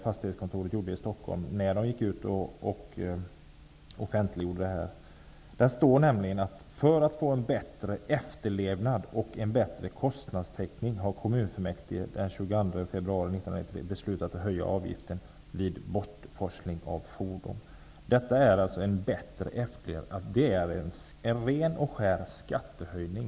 Fastighetskontoret i Stockholm gick ut med när man offentliggjorde höjningen hette det att kommunfullmäktige, för att få en bättre efterlevnad och en bättre kostnadstäckning, den 22 februari 1993 hade beslutat att höja avgiften vid bortforsling av fordon. Det är fråga om en ren och skär skattehöjning.